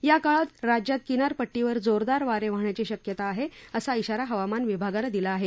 या काळात राज्यात किनारपट्टीवर जोरदार वारे वाहण्याची शक्यता आहे असा ध्वाारा हवामान विभागानं दिला आहे